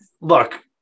look